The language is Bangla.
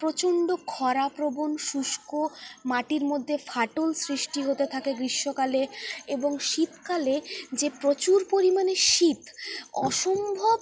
প্রচণ্ড খরাপ্রবণ শুষ্ক মাটির মধ্যে ফাটল সৃষ্টি হতে থাকে গ্রীষ্মকালে এবং শীতকালে যে প্রচুর পরিমাণে শীত অসম্ভব